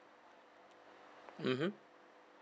mmhmm